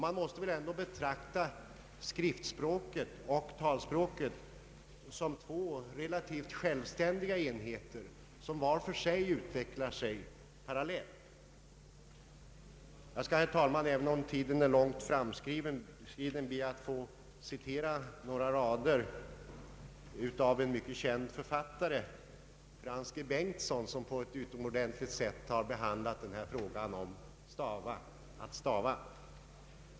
Man måste väl ändå betrakta skriftspråket och talspråket såsom två relativt självständiga enheter, vilka var för sig utvecklar sig parallellt. Jag skall, herr talman, även om tiden är långt framskriden, be att få citera några rader av en mycket känd författare, nämligen Frans G. Bengtsson, som på ett utomordentligt sätt har behandlat frågan om att stava.